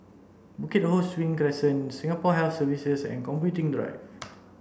Bukit Ho Swee Crescent Singapore Health Services and Computing Drive